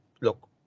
look